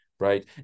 Right